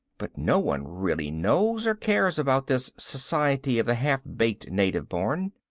but no one really knows or cares about this society of the half-baked native born.